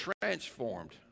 transformed